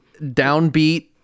downbeat